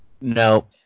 no